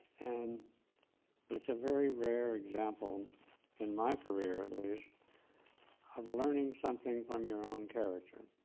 and and it's a very rare example in my career at least of learning something from your own character.